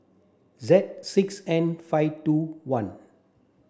Z six N five two one